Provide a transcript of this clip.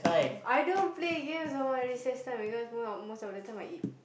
I don't play games on my recess time because most most of the time I eat